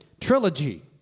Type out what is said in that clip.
Trilogy